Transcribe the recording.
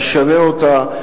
תשנה אותה,